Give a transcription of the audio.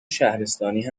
شهرستانی